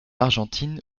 argentine